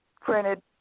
printed